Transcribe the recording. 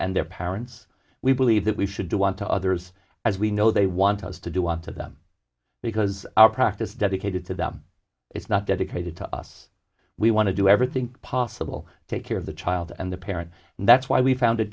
and their parents we believe that we should do want to others as we know they want us to do want to them because our practice dedicated to them it's not dedicated to us we want to do everything possible take care of the child and the parent and that's why we found